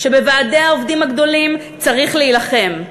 שבוועדי העובדים הגדולים צריך להילחם,